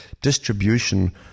distribution